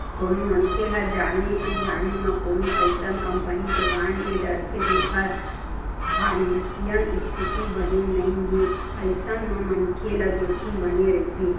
कोनो मनखे ह जाने अनजाने म कोनो अइसन कंपनी के बांड ले डरथे जेखर फानेसियल इस्थिति बने नइ हे अइसन म मनखे ल जोखिम बने रहिथे